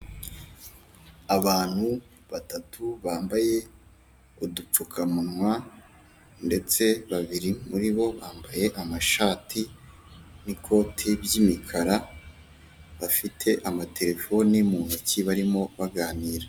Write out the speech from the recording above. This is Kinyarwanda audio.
Abantu batatu bambaye udupfukamunwa ndetse babiri muribo ,bambaye amashati, n'ikoti by'umikara bafite amaterefoni mu ntoki barimo baganira.